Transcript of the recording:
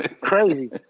Crazy